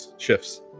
Shifts